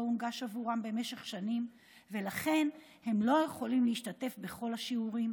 הונגש עבורם במשך שנים ולכן הם לא יכולים להשתתף בכל השיעורים,